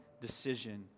decision